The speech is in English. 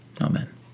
Amen